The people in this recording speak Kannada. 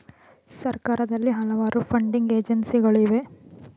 ಸರ್ಕಾರದಲ್ಲಿ ಹಲವಾರು ಫಂಡಿಂಗ್ ಏಜೆನ್ಸಿಗಳು ಇವೆ